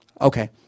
Okay